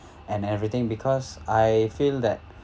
and everything because I feel that